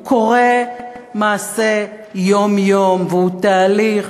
הוא קורה מעשה יום-יום, והוא תהליך